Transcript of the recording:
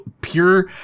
pure